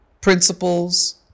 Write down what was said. principles